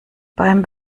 beim